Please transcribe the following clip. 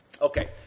Okay